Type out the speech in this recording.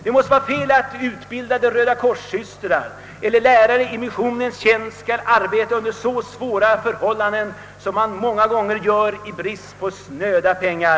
Det måste vara felaktigt att utbildade Röda kors-systrar eller lärare i missionens tjänst skall arbeta under så svåra förhållanden, som de många gånger får göra, i brist på snöda pengar.